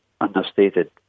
Understated